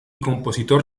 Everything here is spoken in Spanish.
compositor